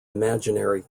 imaginary